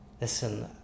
listen